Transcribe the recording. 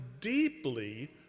deeply